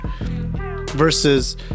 Versus